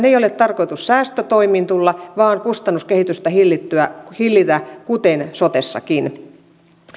ei ole tarkoitus säästötoimiin tulla vaan kustannuskehitystä hillitä kuten sotessakin